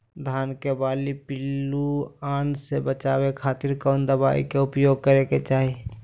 धान के बाली पिल्लूआन से बचावे खातिर कौन दवाई के उपयोग करे के चाही?